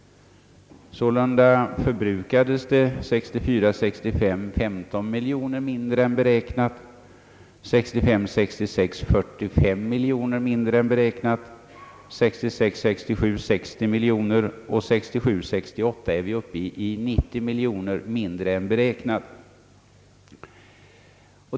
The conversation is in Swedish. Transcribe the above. Sålunda förbrukades 1964 66 45 miljoner mindre än beräknat, 1966 68 är vi uppe i 90 miljoner mindre än beräknat.